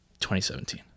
2017